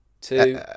Two